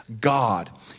God